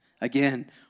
Again